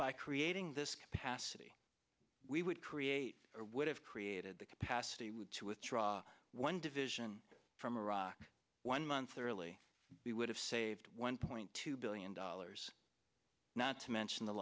by creating this capacity we would create or would have created the capacity to withdraw one division from iraq one month early we would have saved one point two billion dollars not to mention the